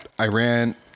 Iran